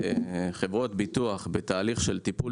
לחברות ביטוח לגבי תהליך של טיפול